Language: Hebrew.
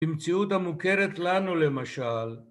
‫עם ציוד המוכרת לנו, למשל.